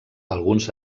alguns